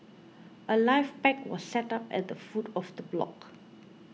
a life pack was set up at the foot of the block